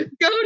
go